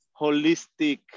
holistic